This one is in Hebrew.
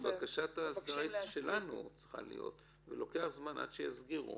שבקשת ההסגרה צריכה להיות שלנו ולוקח זמן עד שיסגירו.